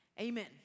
Amen